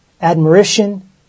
admiration